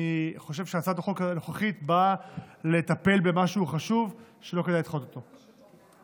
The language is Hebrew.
אני חושב שהצעת החוק הנוכחית באה לטפל במשהו חשוב שלא כדאי לדחות אותו.